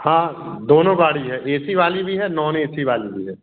हाँ दोनों गाड़ी है ए सी वाली भी है नॉन ए सी वाली भी है